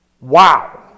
Wow